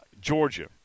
Georgia